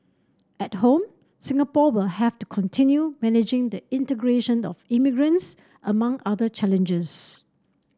at home Singapore will have to continue managing the integration of immigrants among other challenges